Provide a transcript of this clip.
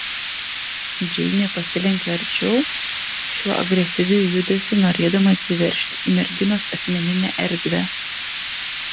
džeinė pasilenkė arčiau šiuo agresyviu judesiu norėdama įsiveržti į merginos asmeninę erdvę